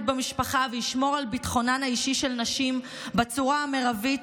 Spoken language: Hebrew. במשפחה וישמור על ביטחונן האישי של נשים בצורה המרבית,